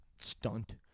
stunt